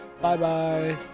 Bye-bye